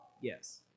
Yes